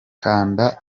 kanda